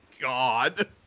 God